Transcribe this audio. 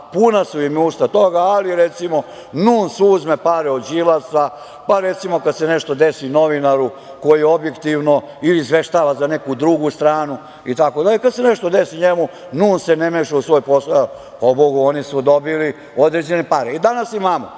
puna su im usta toga, ali, recimo, NUNS uzme pare od Đilasa, pa, recimo, kad se nešto desi novinaru koji objektivno izveštava za neku drugu stranu, kad se nešto desi njemu NUNS se ne meša u svoje poslove. Hvala Bogu, oni su dobili određene pare.I danas imamo